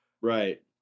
Right